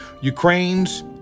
Ukraine's